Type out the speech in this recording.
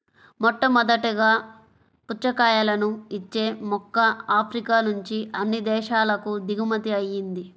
మొట్టమొదటగా పుచ్చకాయలను ఇచ్చే మొక్క ఆఫ్రికా నుంచి అన్ని దేశాలకు దిగుమతి అయ్యింది